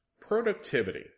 Productivity